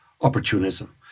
opportunism